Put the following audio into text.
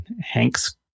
Hank's